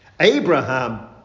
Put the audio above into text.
Abraham